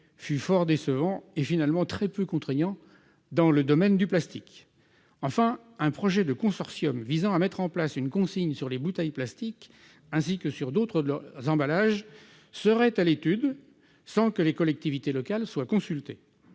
fut fort décevant et finalement très peu contraignant dans le domaine du plastique, enfin, un projet de consortium visant à mettre en place une consigne sur les bouteilles plastiques, ainsi que sur d'autres la emballage seraient à l'étude, sans que les collectivités locales soient consultés